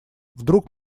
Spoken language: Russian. вдруг